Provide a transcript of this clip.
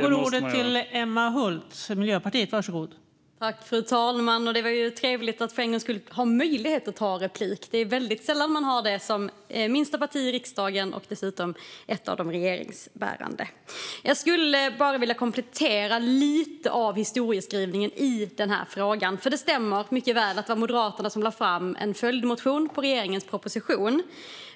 Fru talman! Det är trevligt att för en gångs skull ha möjlighet att begära replik. Det är väldigt sällan man har det som minsta parti i riksdagen och dessutom ett av de regeringsbärande. Jag skulle bara vilja komplettera historieskrivningen lite i denna fråga. Det stämmer mycket väl att det var Moderaterna som lade fram en följdmotion med anledning av regeringens proposition.